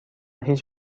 هیچ